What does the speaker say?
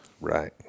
Right